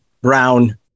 brown